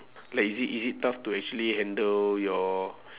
like is it is it tough to actually handle your